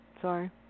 sorry